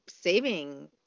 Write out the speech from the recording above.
saving